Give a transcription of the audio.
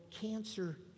cancer